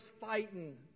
fighting